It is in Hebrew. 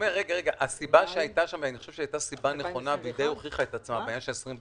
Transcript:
ביקשנו ששניהם יהיו 24. היה 24,